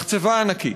מחצבה ענקית.